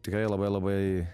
tikrai labai labai